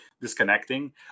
disconnecting